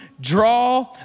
draw